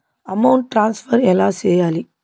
amount transfer ఎలా సేయాలి